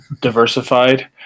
diversified